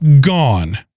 gone